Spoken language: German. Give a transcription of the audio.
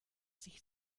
sich